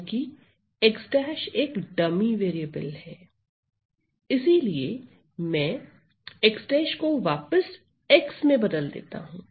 क्योंकि x एक dummy variable है इसीलिए मैं x को वापस x से बदल देता हूं